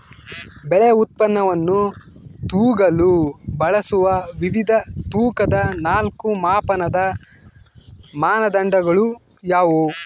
ಬೆಳೆ ಉತ್ಪನ್ನವನ್ನು ತೂಗಲು ಬಳಸುವ ವಿವಿಧ ತೂಕದ ನಾಲ್ಕು ಮಾಪನದ ಮಾನದಂಡಗಳು ಯಾವುವು?